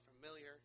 familiar